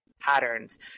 patterns